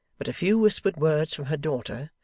but a few whispered words from her daughter,